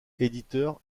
éditeur